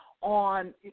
on